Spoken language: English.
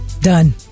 Done